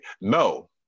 no